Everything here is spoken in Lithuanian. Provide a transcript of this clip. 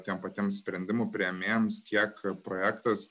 tiem patiems sprendimų priėmėjams kiek projektas